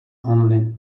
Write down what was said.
only